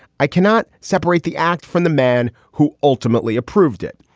i cannot separate the act from the man who ultimately approved it.